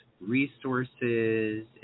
resources